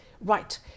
right